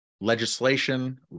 legislation